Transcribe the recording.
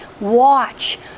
Watch